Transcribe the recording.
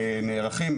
נערכים,